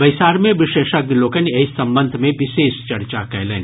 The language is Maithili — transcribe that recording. वैसार में विशेषज्ञ लोकनि एहि संबंध मे विशेष चर्चा कयलनि